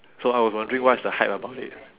so I was wondering what's the hype about it